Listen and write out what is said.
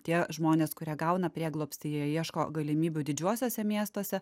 tie žmonės kurie gauna prieglobstį jie ieško galimybių didžiuosiuose miestuose